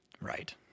Right